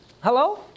hello